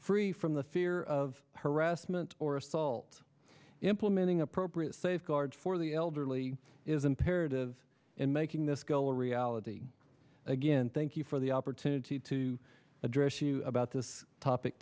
free from the fear of harassment or assault implementing appropriate safeguards for the elderly is imperative in making this goal a reality again thank you for the opportunity to address you about this topic